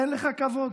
אין לך כבוד?